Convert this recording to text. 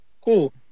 Cool